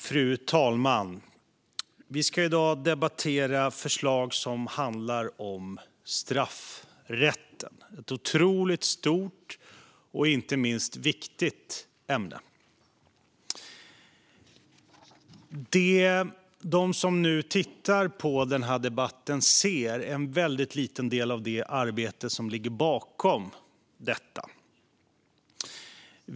Fru talman! I dag debatterar vi förslag som handlar om straffrätten, som är ett otroligt stort och inte minst viktigt ämne. De som tittar på denna debatt ser en väldigt liten del av det arbete som ligger bakom detta betänkande.